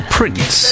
Prince